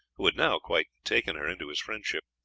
who had now quite taken her into his friendship.